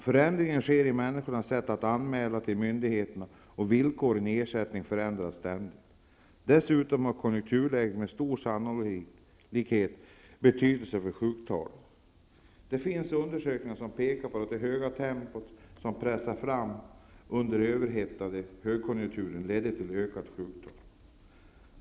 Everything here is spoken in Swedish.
Förändringar sker i människornas sätt att anmäla till myndigheterna, och villkoren för ersättningarna förändras ständigt. Dessutom har konjunkturläget med stor sannolikhet betydelse för sjuktalet. Det finns undersökningar som pekar mot att det höga tempo som pressades fram under den överhettade högkonjunkturen ledde till ökad sjukdom.